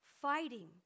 fighting